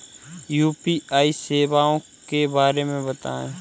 UPI सेवाओं के बारे में बताएँ?